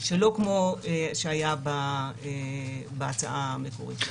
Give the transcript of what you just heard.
שלא כמו שהיה בהצעה המקורית.